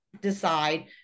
decide